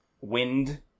wind